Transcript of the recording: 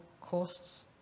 costs